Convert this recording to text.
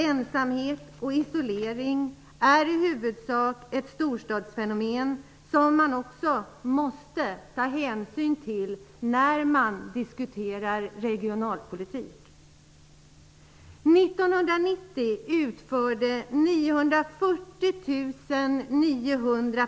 Ensamhet och isolering är i huvudsak ett storstadsfenomen, som man också måste ta hänsyn till när man diskuterar regionalpolitik.